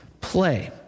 play